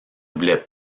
voulait